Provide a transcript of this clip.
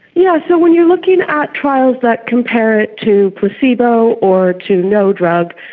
yeah so when you're looking at trials that compare it to placebo or to no drug,